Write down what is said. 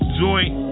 joint